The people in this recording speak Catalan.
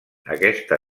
aquesta